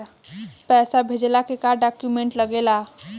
पैसा भेजला के का डॉक्यूमेंट लागेला?